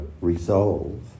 resolve